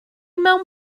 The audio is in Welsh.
mewn